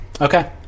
Okay